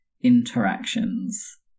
interactions